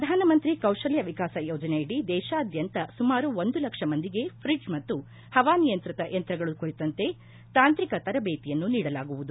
ಪ್ರಧಾನಮಂತ್ರಿ ಕೌಶಲ್ಯ ವಿಕಾಸ ಯೋಜನೆಯಡಿ ದೇಶಾದ್ಯಂತ ಸುಮಾರು ಒಂದು ಲಕ್ಷ ಮಂದಿಗೆ ಫ್ರಿಜ್ಜ್ ಮತ್ತು ಹವಾನಿಯಂತ್ರಿತ ಯಂತ್ರಗಳ ಕುರಿತಂತೆ ತಾಂತ್ರಿಕ ತರಬೇತಿಯನ್ನು ನೀಡಲಾಗುವುದು